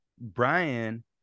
Brian